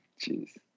Jeez